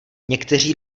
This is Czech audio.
někteří